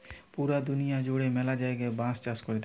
পুরা দুনিয়া জুড়ে ম্যালা জায়গায় বাঁশ চাষ হতিছে